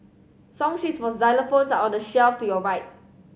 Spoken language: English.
song sheets for xylophones are on the shelf to your right